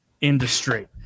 industry